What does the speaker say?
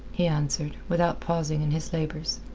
he answered, without pausing in his labours.